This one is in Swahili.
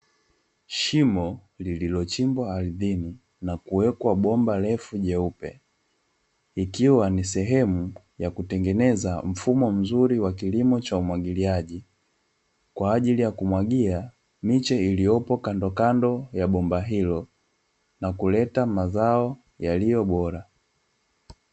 Shimo lililochimbwa ardhini na kuwekwa bomba refu jeupe, ikiwa ni sehemu ya kutengeneza mfumo mzuri wa kilimo cha umwagiliaji, kwa ajili ya kumwagilia miche iliyopo kandokando ya bomba hilo, na kuleta mazao yaliyo bora.